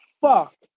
fuck